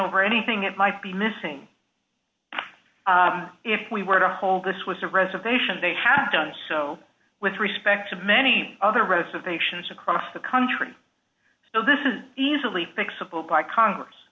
over anything that might be missing if we were to hold this with a reservation they have done so with respect to many other reservations across the country so this is easily fixable by congress